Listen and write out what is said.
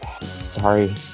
sorry